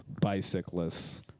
bicyclists